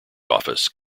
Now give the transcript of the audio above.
office